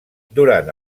durant